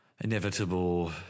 inevitable